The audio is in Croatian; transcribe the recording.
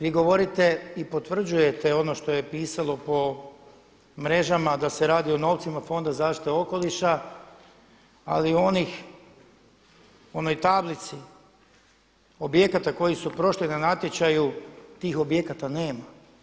Vi govorite i potvrđujete ono što je pisalo po mrežama da se radi o novcima Fonda za zaštitu okoliša ali onoj tablici objekata koji su prošli na natječaju, tih objekata nema.